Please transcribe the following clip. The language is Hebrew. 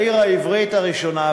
לעיר העברית הראשונה,